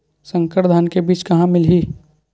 संकर धान के बीज कहां मिलही?